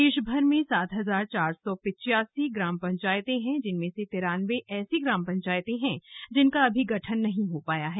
प्रदेशभर में सात हजार चार सौ पिच्चासी ग्राम पंचायते हैं जिनमें से तिरानवे ऐसी ग्राम पंचायतें हैं जिनका अभी गठन नहीं हो पाया है